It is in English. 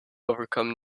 overcome